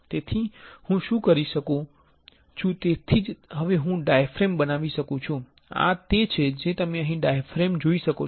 તેથી હું શું કરી શકું છું તેથી જ હવે હું ડાયાફ્રેમ બનાવી શકું છું અને આ તે છે જે તમે અહીં ડાયાફ્રેમ જોઈ શકો છો